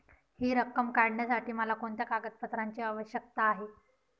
हि रक्कम काढण्यासाठी मला कोणत्या कागदपत्रांची आवश्यकता आहे?